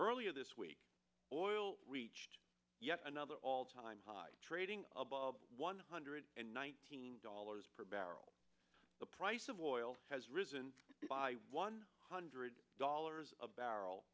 earlier this week oil reached yet another all time high trading above one hundred and nineteen dollars per barrel the price of oil has risen by one hundred dollars a barrel